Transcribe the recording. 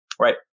Right